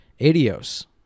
adios